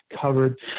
covered